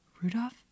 rudolph